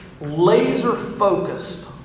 laser-focused